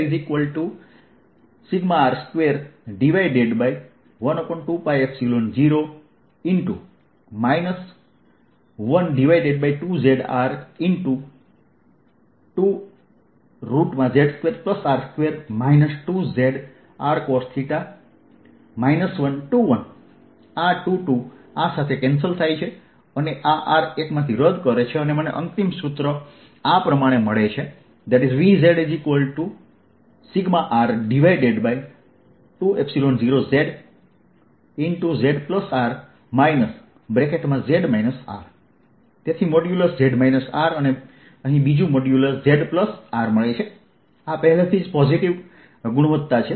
VzR22π0X 12zRX2z2R2 2zRcosθ 11 આ 2 આ 2 સાથે રદ કરે છે આ R એકમાંથી રદ કરે છે અને મને અંતિમ સૂત્ર મળે છે VzσR20zzR z R તેથી મોડ્યુલસ z R અને અહીં મને મોડ્યુલ zR મળે છે આ પહેલેથી જ પોઝિટિવ ગુણવત્તા છે